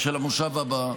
של המושב הבא,